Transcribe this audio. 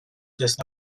just